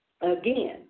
Again